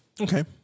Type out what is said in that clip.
Okay